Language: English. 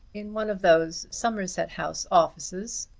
in one of those somerset house offices.